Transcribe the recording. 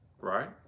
right